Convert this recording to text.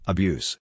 Abuse